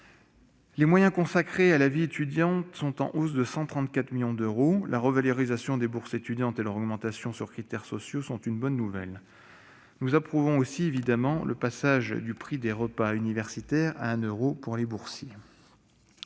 Les moyens consacrés à la vie étudiante sont en hausse de 134 millions d'euros. La revalorisation des bourses étudiantes et leur augmentation sur critères sociaux sont une bonne nouvelle. Nous approuvons aussi, évidemment, le passage du prix des repas universitaires à 1 euro pour les boursiers.